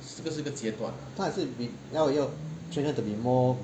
他也是要要 train her to be more